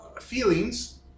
feelings